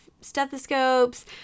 stethoscopes